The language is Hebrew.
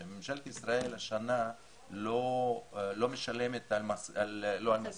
ממשלת ישראל השנה לא משלמת על 'תגלית'